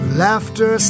laughter